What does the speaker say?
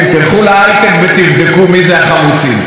תלכו להייטק ותבדקו מי זה החמוצים.